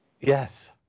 Yes